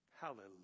Hallelujah